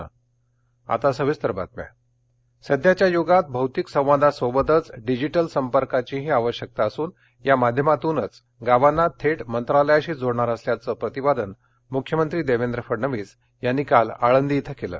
मुख्यमंत्री सध्याच्या युगात भौतिक संवादासोबतच डिजिटल संपर्काचीही आवश्यकता असून या माध्यमातूनच गावांना थेट मंत्रालयाशी जोडणार असल्याचे प्रतिपादन मुख्यमंत्री देवेंद्र फडणवीस यांनी काल आळंदी इथं केलं